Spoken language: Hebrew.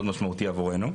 מאוד משמעותי עבורנו.